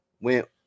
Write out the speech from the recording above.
went